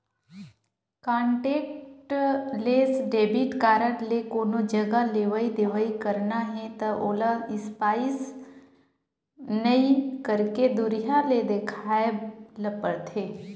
contactless debit card ले कोनो जघा लेवइ देवइ करना हे त ओला स्पाइप नइ करके दुरिहा ले देखाए ल परथे